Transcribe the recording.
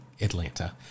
Atlanta